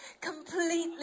completely